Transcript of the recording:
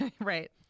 Right